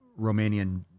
Romanian